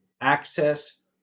access